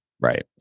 Right